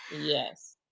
Yes